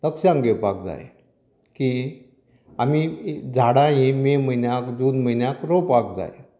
लक्षांत घेवपाक जाय की आमी झाडां ही मे म्हयन्याक जून म्हयन्याक रोवपाक जाय